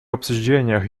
обсуждениях